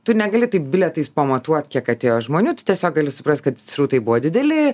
tu negali taip bilietais pamatuot kiek atėjo žmonių tu tiesiog gali suprast kad srautai buvo dideli